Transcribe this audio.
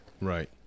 Right